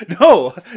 No